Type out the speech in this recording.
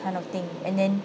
kind of thing and then